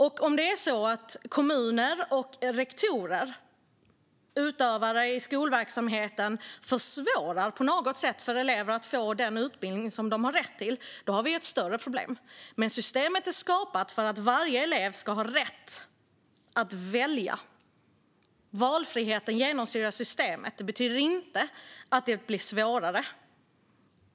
Om det är så att kommuner och rektorer, utövare i skolverksamheten, på något sätt försvårar för elever att få den utbildning som de har rätt till har vi ett större problem. Men systemet är skapat för att varje elev ska ha rätt att välja. Valfriheten genomsyrar systemet. Det betyder inte att det blir svårare.